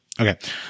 okay